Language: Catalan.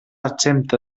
exempta